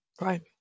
right